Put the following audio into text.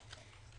בזה.